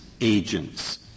agents